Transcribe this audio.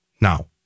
Now